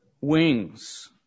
wings